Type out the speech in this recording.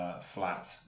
flat